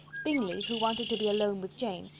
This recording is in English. bingley, who wanted to be alone with jane,